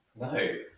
No